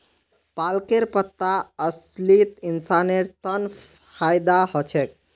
पालकेर पत्ता असलित इंसानेर तन फायदा ह छेक